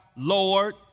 Lord